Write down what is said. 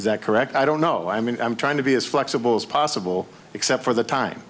is that correct i don't know i mean i'm trying to be as flexible as possible except for the time